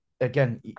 again